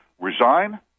Resign